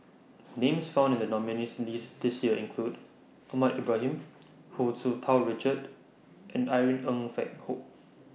Names found in The nominees' list This Year include Ahmad Ibrahim Hu Tsu Tau Richard and Irene Ng Phek Hoong